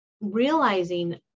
realizing